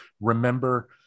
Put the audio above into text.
remember